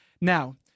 Now